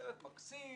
סרט מקסים